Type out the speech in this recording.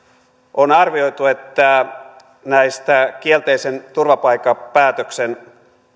on arvioitu että näistä kielteisen turvapaikkapäätöksen